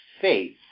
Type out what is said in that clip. faith